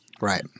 Right